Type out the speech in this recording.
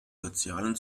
sozialen